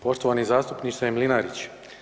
Poštovani zastupniče Mlinarić.